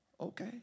okay